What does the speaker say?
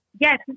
Yes